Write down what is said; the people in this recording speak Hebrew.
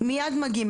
מיד מגיעים,